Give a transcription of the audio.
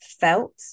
felt